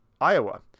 Iowa